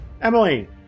Emily